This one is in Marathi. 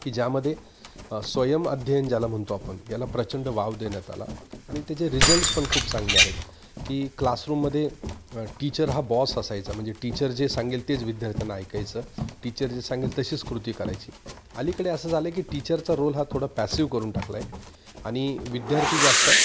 की ज्यामध्ये स्वयंअध्ययन ज्याला म्हणतो आपण याला प्रचंड वाव देण्यात आला आणि त्याचे रिझल्टस पण खूप चांगले आहेत की क्लासरूमध्ये टीचर हा बॉस असायचा म्हणजे टीचर जे सांगेल तेच विद्यार्थ्यांनं ऐकायचं टीचर जे सांगेल तशीच कृती करायची आलीकडे असं झालं आहे की टीचरचा रोल हा थोडा पॅसिव करून टाकला आहे आणि विद्यार्थी जे असाल